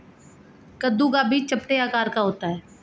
कद्दू का बीज चपटे आकार का होता है